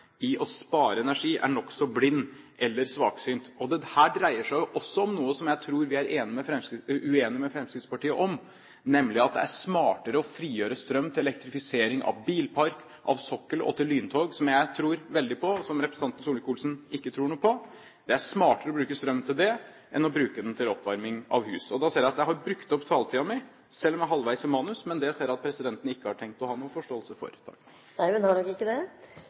i å spare energi, er nokså blind eller svaksynt. Dette dreier seg også om noe som jeg tror vi er uenige med Fremskrittspartiet om, nemlig at det er smartere å frigjøre strøm til elektrifisering av bilpark, av sokkel og til lyntog, som jeg tror veldig på, og som representanten Solvik-Olsen ikke tror noe på. Det er smartere å bruke strøm til det enn å bruke den til oppvarming av hus. Da ser jeg at jeg har brukt opp taletiden min, selv om jeg bare er halvveis i manus. Men det ser jeg at presidenten ikke har tenkt å ha noen forståelse for. Nei, hun har nok ikke det.